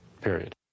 period